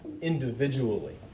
individually